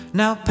now